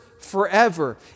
forever